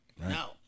No